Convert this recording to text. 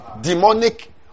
Demonic